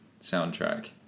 soundtrack